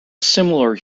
similar